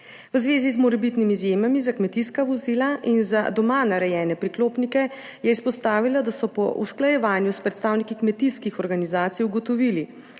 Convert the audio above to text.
V zvezi z morebitnimi izjemami za kmetijska vozila in za doma narejene priklopnike je izpostavila, da so po usklajevanju s predstavniki kmetijskih organizacij ugotovili,